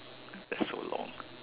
that's so long